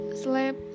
sleep